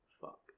Fuck